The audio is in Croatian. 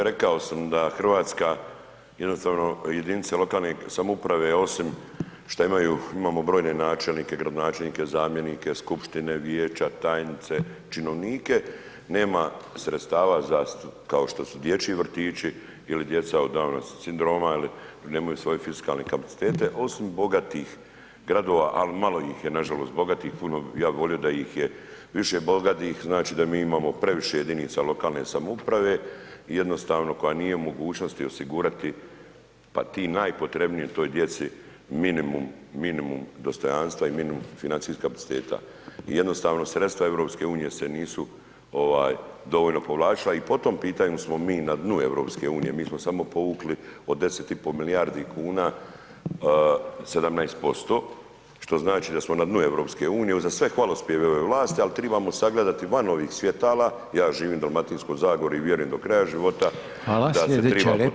Kolega Sladoljev, rekao sam da Hrvatska jednostavno jedinice lokalne samouprave osim što imaju, imamo brojne načelnike, gradonačelnike, zamjenike, skupštine, vijeća, tajnice, činovnike, nema sredstava za kao što su dječji vrtići ili djeca sa Down sindromom ili nemaju svoje fiskalne kapacitete osim bogatih gradova ali malo ih je nažalost bogatih, ja bih volio da ih je više bogatih, znači da mi imamo previše jedinica lokalne samouprave i jednostavno koja nije u mogućnosti osigurati pa tim, najpotrebnije toj djeci minimum, minimum dostojanstva i minimum financijska ... I jednostavno sredstva EU se nisu dovoljno povlačila i po tom pitanju smo mi na dnu EU, mi smo samo povukli od 10,5 milijardi kuna 17% što znači da smo na dnu EU uza sve hvalospjeve ove vlasti ali trebamo sagledati van ovih svjetala, ja živim u Dalmatinskoj zagori i vjerujem do kraja života da se trebamo truditi